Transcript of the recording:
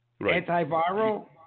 antiviral